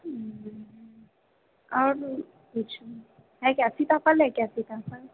और नहीं कुछ है क्या सीता फल है सीता फल